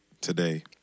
today